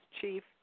chief